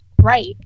Right